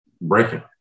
breaking